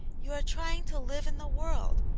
you are trying to live in the world,